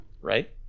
Right